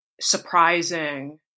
surprising